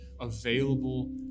available